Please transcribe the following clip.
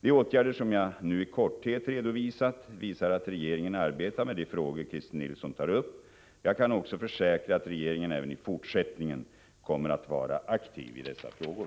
De åtgärder som jag nu i korthet redovisat visar att regeringen arbetar med de frågor Christer Nilsson tar upp. Jag kan också försäkra Christer Nilsson att regeringen även i fortsättningen kommer att vara aktiv i dessa frågor.